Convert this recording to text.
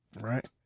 Right